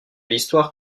l’histoire